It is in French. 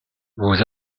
vous